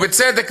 ובצדק,